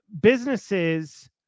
Businesses